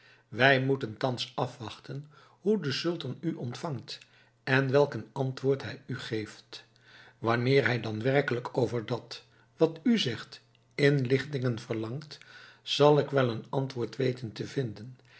wij moeten thans afwachten hoe de sultan u ontvangt en welk een antwoord hij u geeft wanneer hij dan werkelijk over dat wat u zegt inlichtingen verlangt zal ik wel een antwoord weten te vinden